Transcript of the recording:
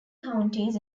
counties